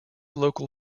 local